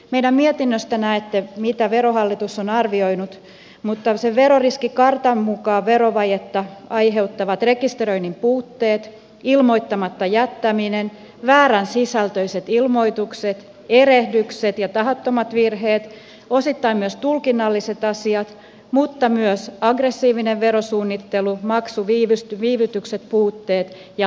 meidän mietinnöstämme näette mitä verohallitus on arvioinut mutta sen veroriskikartan mukaan verovajetta aiheuttavat rekisteröinnin puutteet ilmoittamatta jättäminen vääränsisältöiset ilmoitukset erehdykset ja tahattomat virheet osittain myös tulkinnalliset asiat mutta myös aggressiivinen verosuunnittelu maksuviivytykset puutteet ja harmaa talous